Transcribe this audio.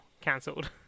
cancelled